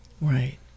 Right